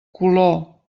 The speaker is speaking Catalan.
color